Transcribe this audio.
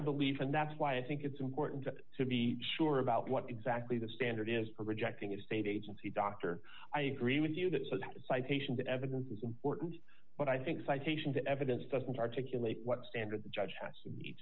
belief and that's why i think it's important to be sure about what exactly the standard is for rejecting a state agency dr i agree with you that citation the evidence is important but i think citation that evidence doesn't articulate what standard the judge has to